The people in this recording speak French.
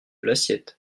l’assiette